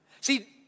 See